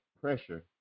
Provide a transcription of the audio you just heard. pressure